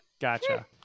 Gotcha